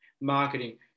marketing